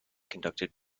conducted